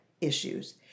issues